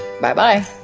Bye-bye